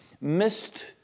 missed